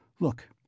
Look